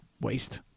Waste